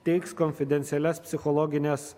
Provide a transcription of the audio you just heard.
teiks konfidencialias psichologines